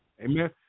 Amen